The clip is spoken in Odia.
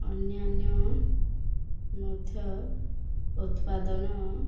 ଅନ୍ୟାନ୍ୟ ମଧ୍ୟ ଉତ୍ପାଦନ